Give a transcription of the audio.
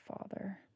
father